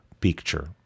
picture